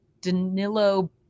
Danilo